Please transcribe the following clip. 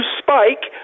spike